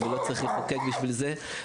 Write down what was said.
ולא צריך לחוקק בשביל זה.